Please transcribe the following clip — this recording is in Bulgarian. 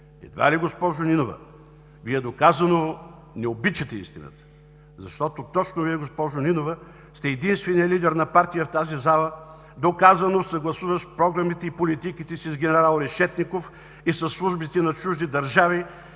Едва ли, госпожо Нинова. Вие доказано не обичате истината, защото точно Вие, госпожо Нинова, сте единственият лидер на партия в тази зала, доказано съгласуващ програмите и политиките си с генерал Решетников и със службите на чужди държави,